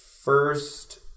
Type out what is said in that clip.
First